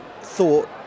thought